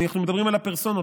אנחנו מדברים על הפרסונות.